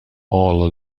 all